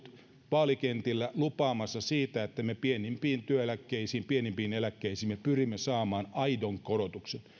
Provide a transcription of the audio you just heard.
vaalikentillä lupaamassa sitä että me pienimpiin työeläkkeisiin pienimpiin eläkkeisiin pyrimme saamaan aidon korotuksen